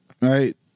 right